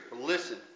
listen